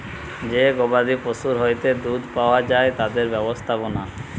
যে গবাদি পশুর হইতে দুধ পাওয়া যায় তাদের ব্যবস্থাপনা